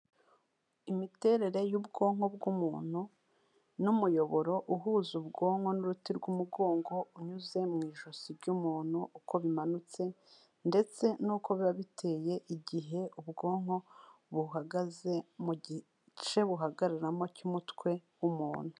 Imiterere y'ubwonko bw'umuntu, n'umuyoboro uhuza ubwonko n'uruti rw'umugongo unyuze mu ijosi ry'umuntu, uko bimanutse, ndetse n'uko biba biteye igihe ubwonko buhagaze, mu gice buhagararamo cy'umutwe w'umuntu.